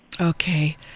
Okay